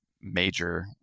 major